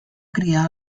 criar